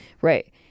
Right